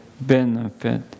benefit